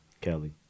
Kelly